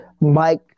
Mike